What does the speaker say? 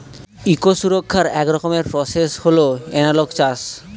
eco সুরক্ষার এক রকমের প্রসেস হল এনালগ চাষ